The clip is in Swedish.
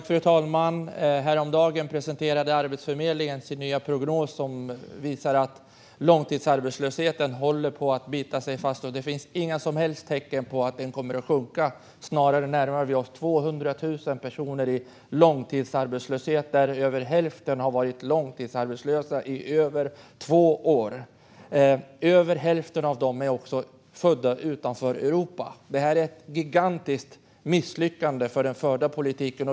Fru talman! Häromdagen presenterade Arbetsförmedlingen sin nya prognos, som visar att långtidsarbetslösheten håller på att bita sig fast och att det inte finns några som helst tecken på att den kommer att sjunka. Snarare närmar vi oss 200 000 personer i långtidsarbetslöshet, varav över hälften har varit arbetslösa i över två år. Över hälften av dessa är födda utanför Europa. Detta är ett gigantiskt misslyckande för den förda politiken.